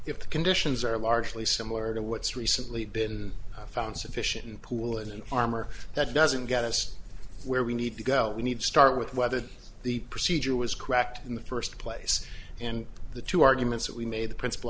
if the conditions are largely similar to what's recently been found sufficient pool in armor that doesn't get us where we need to go we need to start with whether the procedure was correct in the first place and the two arguments that we made the principal